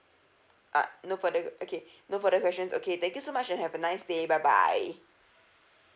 ah no further okay no further questions okay thank you so much and have a nice day bye bye